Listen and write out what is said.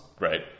Right